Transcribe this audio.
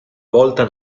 volta